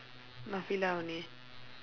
only